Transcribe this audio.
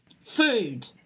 food